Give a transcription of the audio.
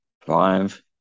five